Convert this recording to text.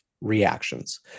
reactions